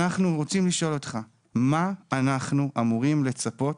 ואנחנו רוצים לשאול אותך למה אנחנו אמורים לצפות